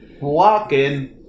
Walking